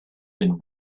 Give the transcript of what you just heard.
been